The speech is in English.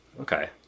Okay